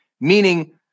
Meaning